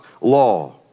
law